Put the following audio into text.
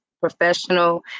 professional